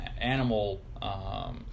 animal